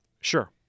Sure